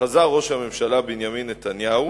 חזר ראש הממשלה בנימין נתניהו